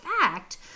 fact